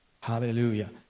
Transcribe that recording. Hallelujah